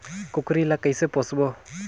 कूकरी ला कइसे पोसबो?